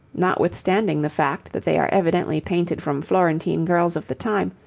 notwithstanding the fact that they are evidently painted from florentine girls of the time,